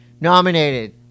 nominated